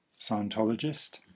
Scientologist